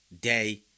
day